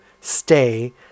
stay